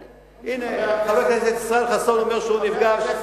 הנה, חבר הכנסת ישראל חסון אומר שהוא נפגש.